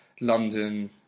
London